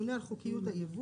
הממונה על חוקיות הייבוא,